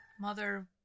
mother